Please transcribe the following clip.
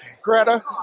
Greta